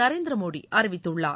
நரேந்திரமோடி அறிவித்துள்ளார்